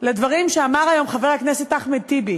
לדברים שאמר היום חבר הכנסת אחמד טיבי